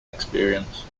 experience